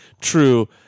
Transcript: true